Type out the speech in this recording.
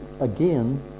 again